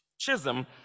Chisholm